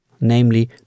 namely